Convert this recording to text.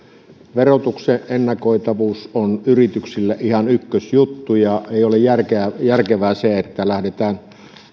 verotuksen ennakoitavuus on yrityksille ihan ykkösjuttu ja ei ole järkevää se että lähdetään